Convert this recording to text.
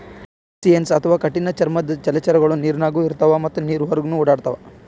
crustaceans ಅಥವಾ ಕಠಿಣ್ ಚರ್ಮದ್ದ್ ಜಲಚರಗೊಳು ನೀರಿನಾಗ್ನು ಇರ್ತವ್ ಮತ್ತ್ ನೀರ್ ಹೊರಗನ್ನು ಓಡಾಡ್ತವಾ